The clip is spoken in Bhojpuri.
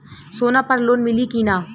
सोना पर लोन मिली की ना?